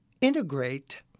integrate